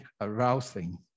arousing